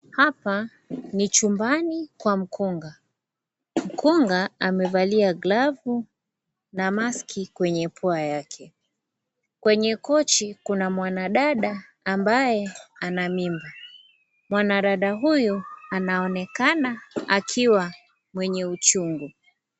Hapa, ni chumbani, kwa mkunga, mkunga, amevalia glavu, na maski kwenye pua yake, kwenye kochi, kuna mwanadada ambaye, ana mimba, mwanadada huyu, anaonekana, akiwa, mwenye uchungu.